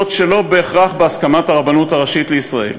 שלא בהכרח בהסכמת הרבנות הראשית לישראל.